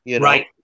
Right